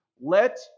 Let